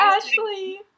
Ashley